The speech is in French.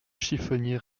chiffonnier